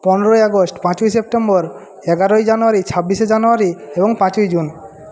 পনেরোই আগস্ট পাঁচই সেপ্টেম্বর এগারোই জানুয়ারি ছাব্বিশে জানুয়ারি এবং পাঁচই জুন